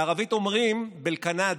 בערבית אומרים (אומר בערבית: בנעליים.)